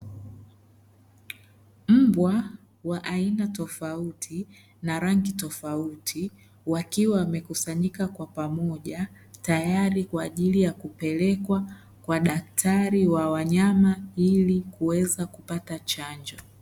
Mbwa wa aina tofauti na rangi tofauti wakiwa wamekusanyika kwa pamoja tayari kwa ajili ya kupelekwa kwa daktari wa wanyama ili kuweze kupata chanjo.